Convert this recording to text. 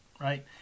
right